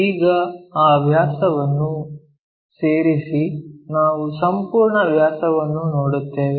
ಈಗ ಆ ವ್ಯಾಸವನ್ನು ಸೇರಿಸಿ ನಾವು ಸಂಪೂರ್ಣ ವ್ಯಾಸವನ್ನು ನೋಡುತ್ತೇವೆ